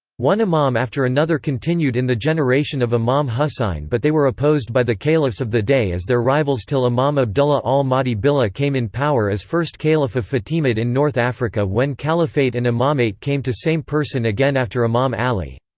one imam after another continued in the generation of imam husain but they were opposed by the caliphs of the day as their rivals till imam abdullah al-mahdi billah came in power as first caliph of fatimid in north africa when caliphate and imamate came to same person again after imam ali.